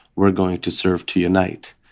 we're going to serve to unite.